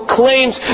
claims